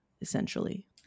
essentially